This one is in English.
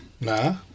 Nah